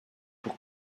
pour